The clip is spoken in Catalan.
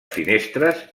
finestres